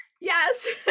yes